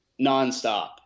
nonstop